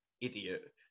idiot